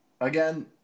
again